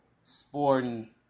sporting